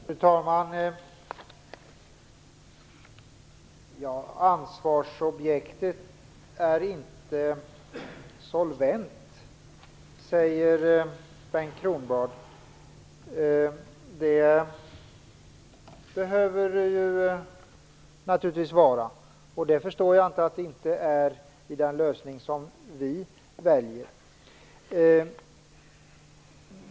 Fru talman! Ansvarsobjekten är inte solventa, säger Bengt Kronblad. Det behöver de naturligtvis vara. Jag förstår inte att de skulle framstå som om de inte var det i den lösning som vi väljer.